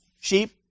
sheep